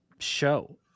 show